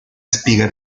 espiga